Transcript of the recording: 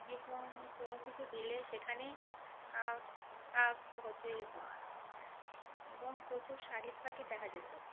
এবং কোনো কিছু দিলে সেখানে কাক কাক হচ্ছে এবং প্রচুর শালিক পাখই দেখা যেত